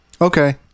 Okay